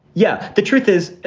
yeah. the truth is,